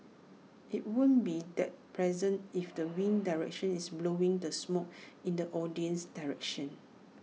IT won't be that pleasant if the wind direction is blowing the smoke in the audience's direction